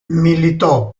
militò